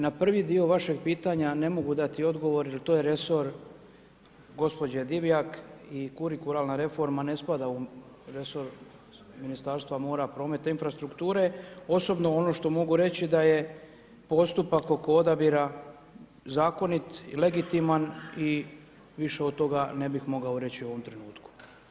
Na prvi dio vašeg pitanja ne mogu dati odgovor jer to je resor gospođe Divjak i kurikularna reforma ne spada u resor Ministarstva mora, prometa i infrastrukture, osobno ono što mogu reći da je postupak oko odabira zakonit i legitiman i više od toga ne bih mogao reći u ovom trenutku.